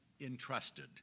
entrusted